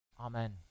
Amen